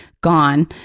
gone